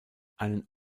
einen